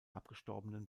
abgestorbenen